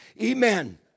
Amen